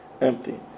empty